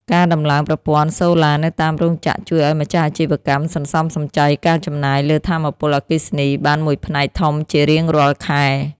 ការដំឡើងប្រព័ន្ធសូឡានៅតាមរោងចក្រជួយឱ្យម្ចាស់អាជីវកម្មសន្សំសំចៃការចំណាយលើថាមពលអគ្គិសនីបានមួយផ្នែកធំជារៀងរាល់ខែ។